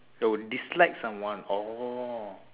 oh dislike someone orh